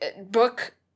book